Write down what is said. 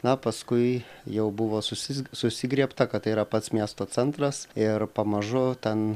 na paskui jau buvo susis susigriebta kad tai yra pats miesto centras ir pamažu ten